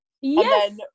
Yes